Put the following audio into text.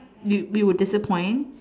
you we would disappoint